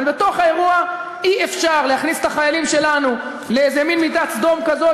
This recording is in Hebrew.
אבל בתוך האירוע אי-אפשר להכניס את החיילים שלנו למין מיטת סדום כזאת,